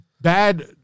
bad